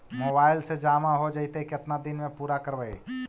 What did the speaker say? Mobile से जामा हो जैतय, केतना दिन में पुरा करबैय?